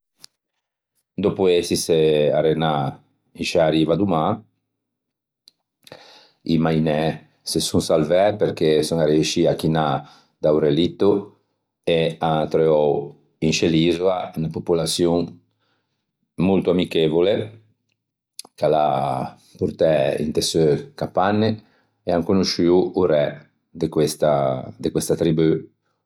Dòppo ësise arenâ in sciâ riva do mâ i mainæ se son sarvæ perché son arreiscii à chinâ da-o relitto e an attreuou in sce l'isoa unna popolaçion molto amichevole ch'a l'à portæ inte seu capanne e an conosciuo o re de questa, de questa tribù.